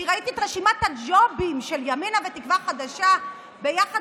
כי ראיתי את רשימת הג'ובים של ימינה ותקווה חדשה ביחד,